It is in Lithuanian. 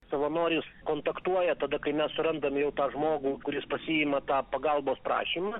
savanoris kontaktuoja tada kai mes surandam jau tą žmogų kuris pasiima tą pagalbos prašymą